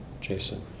Jason